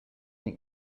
make